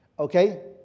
Okay